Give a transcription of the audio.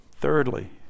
Thirdly